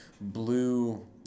blue